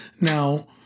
Now